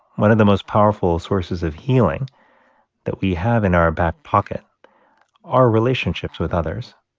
one of the most powerful sources of healing that we have in our back pocket are relationships with others.